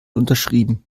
unterschrieben